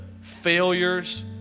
failures